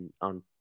on